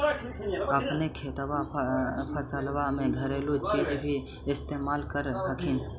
अपने खेतबा फसल्बा मे घरेलू चीज भी इस्तेमल कर हखिन?